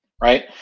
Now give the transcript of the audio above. right